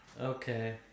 Okay